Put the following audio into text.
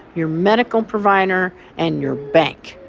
your medical provider, and your bank,